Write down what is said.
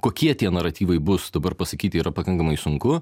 kokie tie naratyvai bus dabar pasakyti yra pakankamai sunku